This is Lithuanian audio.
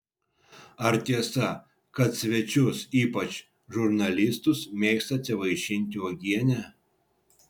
ar tiesa kad svečius ypač žurnalistus mėgstate vaišinti uogiene